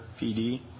PD